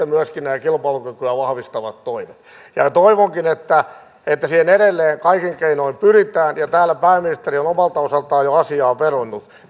myöskin nämä kilpailukykyä vahvistavat toimet ja ja toivonkin että että siihen edelleen kaikin keinoin pyritään ja täällä pääministeri on omalta osaltaan jo asiaan vedonnut